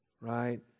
right